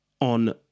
on